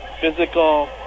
Physical